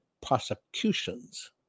prosecutions